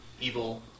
evil